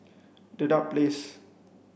Dedap Place